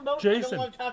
Jason